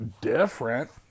different